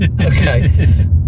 okay